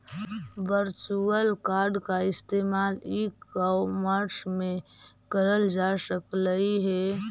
virtual card का इस्तेमाल e commerce में करल जा सकलई हे